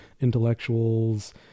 intellectuals